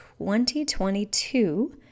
2022